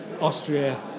Austria